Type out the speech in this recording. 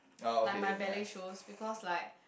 like my ballet shoes because like